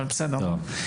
בבקשה.